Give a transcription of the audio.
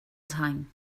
time